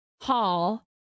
hall